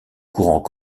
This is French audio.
courant